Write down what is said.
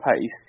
pace